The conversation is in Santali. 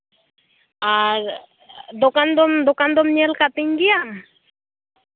ᱟᱨ ᱫᱚᱠᱟᱱ ᱫᱚᱢ ᱫᱚᱠᱟᱱ ᱫᱚᱢ ᱧᱮᱞ ᱠᱟᱜ ᱛᱤᱧ ᱜᱮᱭᱟ